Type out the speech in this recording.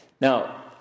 Now